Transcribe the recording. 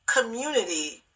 community